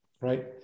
right